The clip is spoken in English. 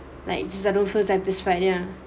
like satisfied ya